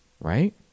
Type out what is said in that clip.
right